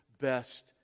best